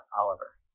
Oliver